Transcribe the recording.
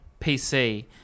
PC